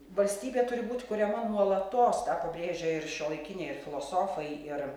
valstybė turi būt kuriama nuolatos tą pabrėžia ir šiuolaikiniai ir filosofai ir